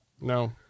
No